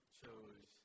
chose